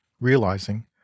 realizing